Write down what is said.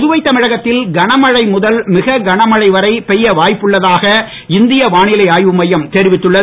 புதுவை தமிழகத்தில் கனமழை முதல் மிக கனமழை வரை பெய்ய வாய்ப்புள்ளதாக இந்திய வானிலை ஆய்வு மையம் தெரிவித்துள்ளது